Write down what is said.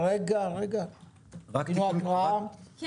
כן,